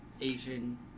Asian